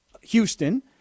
Houston